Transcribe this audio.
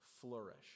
flourish